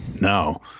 No